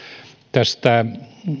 tästä